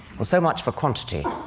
well, so much for quantity.